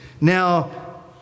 Now